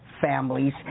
families